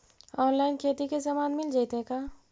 Online खेती के सामान मिल जैतै का?